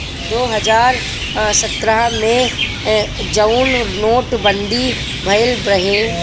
दो हज़ार सत्रह मे जउन नोट बंदी भएल रहे